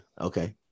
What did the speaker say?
Okay